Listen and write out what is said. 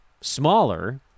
smaller